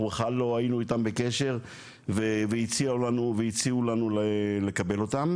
בכלל לא היינו איתם בקשר והציעו לנו לקבל אותם,